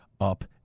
up